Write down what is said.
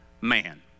man